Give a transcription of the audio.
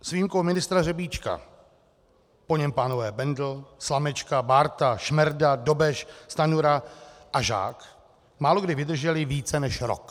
S výjimkou ministra Řebíčka po něm pánové Bendl, Slamečka, Bárta, Šmerda, Dobeš, Stanjura a Žák málokdy vydrželi více než rok.